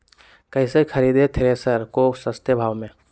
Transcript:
कैसे खरीदे थ्रेसर को सस्ते भाव में?